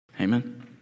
Amen